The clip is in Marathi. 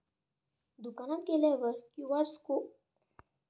दुकानात गेल्यावर क्यू.आर कोड कसा स्कॅन करायचा?